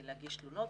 להגיש תלונות.